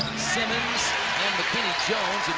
simmons, and mckinney jones.